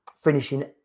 finishing